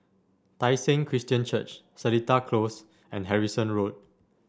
Tai Seng Christian Church Seletar Close and Harrison Road